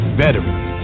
veterans